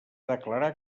declarar